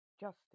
justice